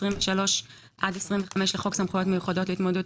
23 עד 25 לחוק סמכויות מיוחדות להתמודדות